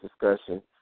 discussion